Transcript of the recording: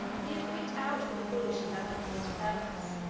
he had picked out the foolish aladdin for this purpose,